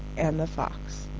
and the cock